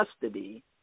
custody